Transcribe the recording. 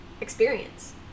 experience